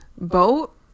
Boat